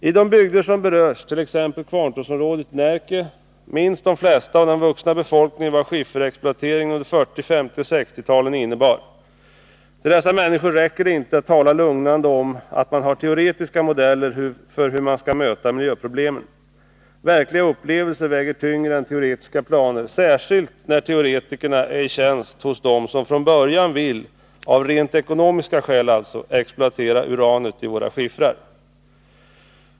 I de bygder som berörs — t.ex. Kvarntorpsområdet i Närke — minns de flesta av den vuxna befolkningen vad skifferexploateringen under 1940-, 1950 och 1960-talen innebar. När det gäller dessa människor räcker det inte att tala lugnande om att man har teoretiska modeller för hur man skall möta miljöproblemen. Verkliga upplevelser väger tyngre än teoretiska planer, särskilt när teoretikerna är i tjänst hos dem som från början vill — dvs. av rent ekonomiska skäl — exploatera uranet i våra skiffrar.